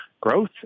growth